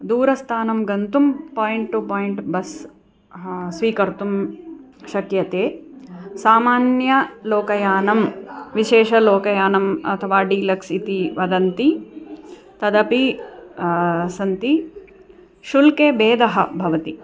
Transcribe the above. दूरस्थानं गन्तुं point point bus स्वीकर्तुं शक्यते सामान्यं लोकयानं विशेषलोकयानं अथवा डीलेक्स् इति वदन्ति तदपि सन्ति शुल्के भेदः भवति